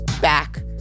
back